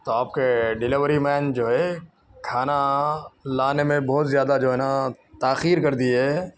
تو آپ کے ڈلیوری مین جو ہے کھانا لانے میں بہت زیادہ جو ہے نا تاخیر کر دیے